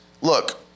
Look